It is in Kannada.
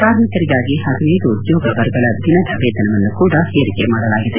ಕಾರ್ಮಿಕರಿಗಾಗಿ ಪದಿನೈದು ಉದ್ನೋಗ ವರ್ಗಗಳ ದಿನದ ವೇತನವನ್ನು ಕೂಡ ಏರಿಕೆ ಮಾಡಲಾಗಿದೆ